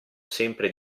sempre